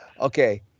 Okay